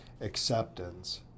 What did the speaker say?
acceptance